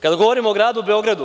Kada govorim o gradu Beogradu.